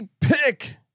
pick